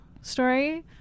story